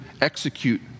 execute